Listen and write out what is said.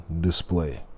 display